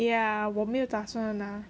yeah 我没有打算拿